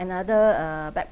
another uh back~